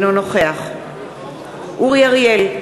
אינו נוכח אורי אריאל,